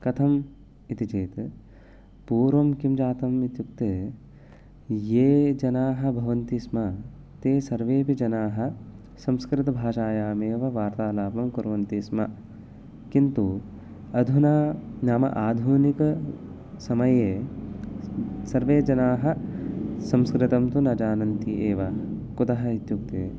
कथम् इति चेत् पूर्वं किं जातम् इत्युक्ते ये जनाः भवन्ति स्म ते सर्वेऽपि जनाः सम्स्कृतभाषायामेव वार्तालापं कुर्वन्ति स्म किन्तु अधुना नाम आधुनिकसमये सर्वे जनाः संस्कृतं तु न जानन्ति एव कुतः इत्युक्ते